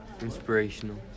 inspirational